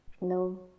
No